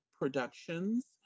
productions